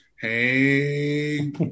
hey